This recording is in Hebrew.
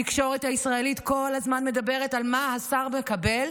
התקשורת הישראלית כל הזמן מדברת על מה השר מקבל,